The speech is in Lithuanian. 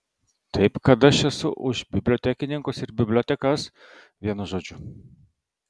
taip kad aš esu už bibliotekininkus ir bibliotekas vienu žodžiu